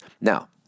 Now